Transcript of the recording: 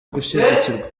gushyigikirwa